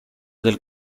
del